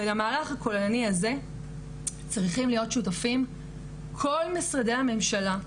ובמהלך הכוללני הזה צריכים להיות שותפים כל משרדי הממשלה,